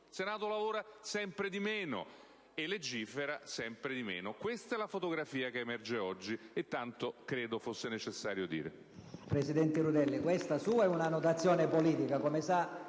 il Senato lavora sempre meno e legifera sempre meno. Questa è la fotografia che emerge oggi, e tanto credo fosse necessario dire.